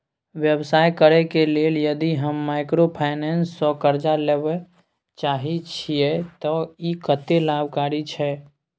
व्यवसाय करे के लेल यदि हम माइक्रोफाइनेंस स कर्ज लेबे चाहे छिये त इ कत्ते लाभकारी छै?